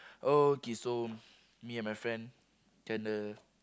okay so me and my friend kinda